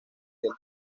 del